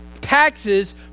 taxes